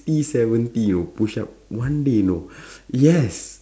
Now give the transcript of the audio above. ~ty seventy you know push up one day you know yes